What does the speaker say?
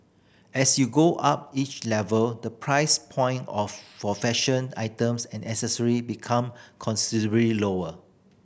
as you go up each level the price point of for fashion items and accessory become considerably lower